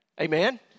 Amen